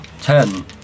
Ten